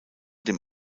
dem